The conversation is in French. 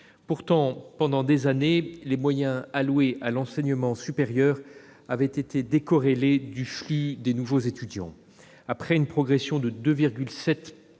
Pourtant, pendant des années, les moyens alloués à l'enseignement supérieur avaient été décorrélés du flux de nouveaux étudiants. Après une progression de 2,7